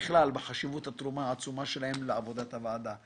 בחשיבות התרומה העצומה שלהם לעבודת הוועדה.